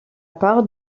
part